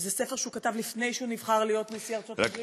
שזה ספר שהוא כתב לפני שהוא נבחר להיות נשיא ארצות-הברית.